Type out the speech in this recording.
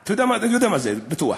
אתה יודע מה זה, בטוח.